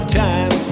time